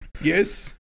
yes